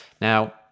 Now